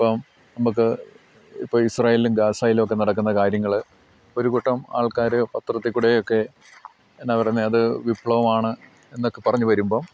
ഇപ്പം നമുക്ക് ഇപ്പം ഇസ്രായേലിലും ഗാസയിലും ഒക്കെ നടക്കുന്ന കാര്യങ്ങൾ ഒരു കൂട്ടം ആൾക്കാർ പത്രത്തിൽക്കൂടെയൊക്കെ എന്നാ പറയുന്നത് അത് വിപ്ലവമാണ് എന്നൊക്കെ പറഞ്ഞ് വരുമ്പം